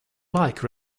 like